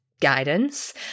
guidance